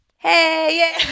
Hey